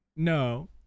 no